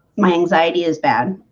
my anxiety is bad